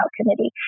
committee